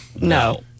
No